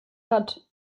hat